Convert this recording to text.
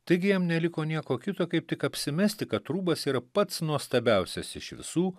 taigi jam neliko nieko kito kaip tik apsimesti kad rūbas yra pats nuostabiausias iš visų